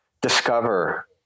discover